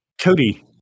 Cody